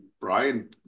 Brian